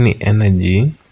energy